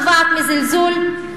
נובעים מזלזול?